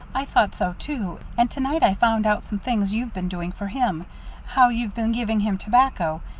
i thought so, too. and to-night i found out some things you've been doing for him how you've been giving him tobacco,